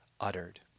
uttered